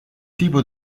tipo